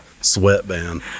Sweatband